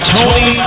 Tony